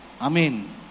Amen